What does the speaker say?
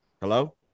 Hello